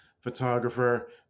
photographer